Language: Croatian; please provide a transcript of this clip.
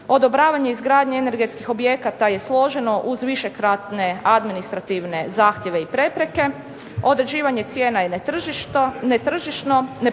odobravanje izgradnje energetskih objekata je složeno uz višekratne administrativne zahtjeve i prepreke, određivanje cijena je netržišno, ne postoji